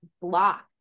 block